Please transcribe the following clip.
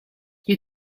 you